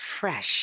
fresh